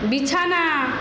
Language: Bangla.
বিছানা